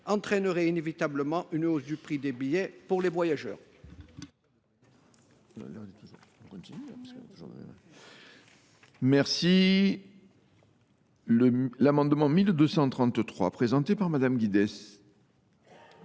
entraînerait inévitablement une augmentation du prix des billets pour les voyageurs.